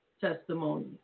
testimony